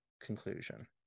conclusion